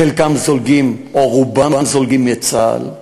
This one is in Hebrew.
חלקם או רובם זולגים מצה"ל,